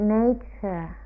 nature